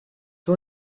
que